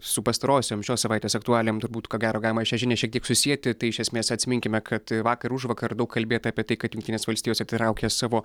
su pastarosiom šios savaitės aktualijom turbūt ko gero galima šią žinią šiek tiek susieti tai iš esmės atsiminkime kad vakar užvakar daug kalbėta apie tai kad jungtinės valstijos atitraukia savo